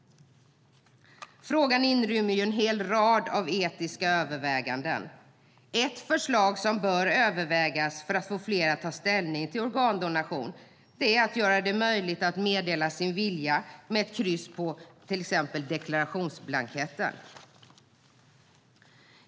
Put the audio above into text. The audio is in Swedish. Frågan inrymmer en hel rad etiska överväganden. Ett förslag som bör övervägas för att få fler att ta ställning till organdonation är att göra det möjligt att meddela sin vilja med ett kryss på till exempel deklarationsblanketten.